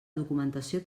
documentació